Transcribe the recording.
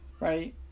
right